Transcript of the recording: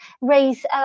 raise